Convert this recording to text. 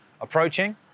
approaching